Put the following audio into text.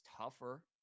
tougher